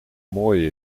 mooi